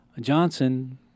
Johnson